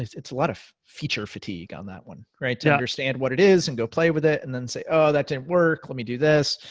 it's a lot of feature fatigue on that one. to understand what it is and go play with it and then say ah that didn't work, let me do this.